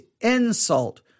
insult